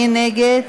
מי נגד?